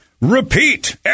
repeat